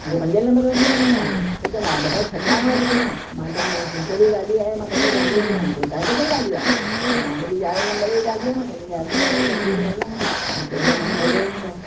मूंखे पंजें नंबर वञिणो आहे छा त चवंदो हा बाबा छॾियांव थो न मां चवंदी आहियांसि मूंखे बि गाॾी आहे मां पंहिंजी गाॾीअ ते आहियां चयांईं तव्हांजी किथे गाॾी आहे मां मुंहिंजे यारहें नंबर जी गाॾी आहे मां पंहिंजे यारहें नंबर जी गाॾीअ ते हलां थी मूंखे उनमां ई मज़ो ईंदो आहे